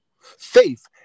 Faith